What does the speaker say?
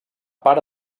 part